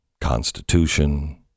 Constitution